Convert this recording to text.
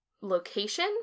location